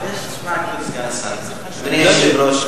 אדוני היושב-ראש,